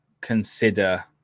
consider